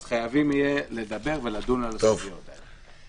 חייבים יהיו לדבר ולדון על הסוגיות הללו.